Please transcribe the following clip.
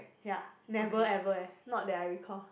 ya never ever eh not that I recall